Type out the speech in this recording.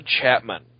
Chapman